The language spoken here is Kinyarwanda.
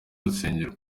rusengero